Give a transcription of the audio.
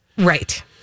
Right